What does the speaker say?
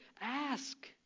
Ask